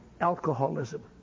alcoholism